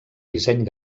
disseny